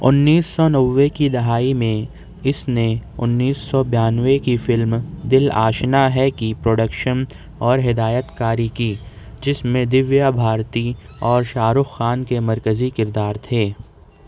انیس سو نوے کی دہائی میں اس نے انیس سو بانوے کی فلم دل آشنا ہے کی پروڈکشن اور ہدایت کاری کی جس میں دیویا بھارتی اور شاہ رخ خان کے مرکزی کردار تھے